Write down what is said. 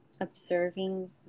Observing